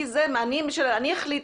אני אחליט,